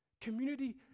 Community